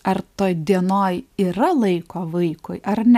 ar toj dienoj yra laiko vaikui ar ne